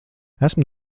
esmu